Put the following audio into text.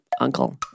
uncle